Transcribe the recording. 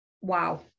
wow